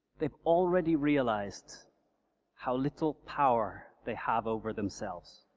they've already realized how little power they have over themselves,